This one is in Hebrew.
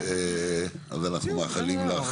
ואנחנו מאחלים לך